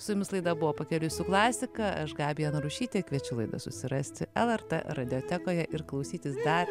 su jumis laida buvo pakeliui su klasika aš gabija narušytė kviečiu laidą susirasti lrt radiotekoje ir klausytis dar